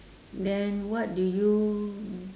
then what do you